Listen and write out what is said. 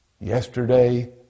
Yesterday